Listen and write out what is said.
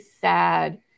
sad